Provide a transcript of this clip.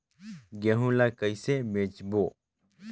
गहूं ला कइसे बेचबो?